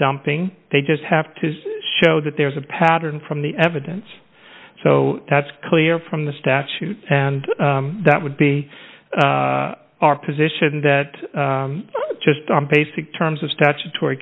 dumping they just have to show that there's a pattern from the evidence so that's clear from the statute and that would be our position that just on basic terms of statutory